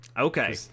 Okay